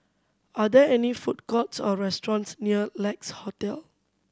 are there any food courts or restaurants near Lex Hotel